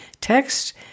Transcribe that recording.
text